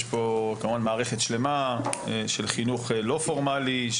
יש פה מערכת שלמה של חינוך שהוא לא פורמלי,